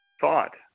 thought